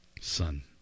Son